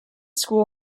school